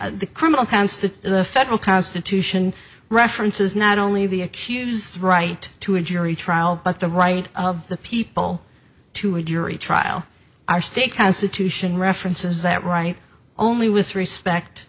the criminal comes to the federal constitution references not only the accused right to a jury trial but the right of the people to a jury trial our state constitution references that right only with respect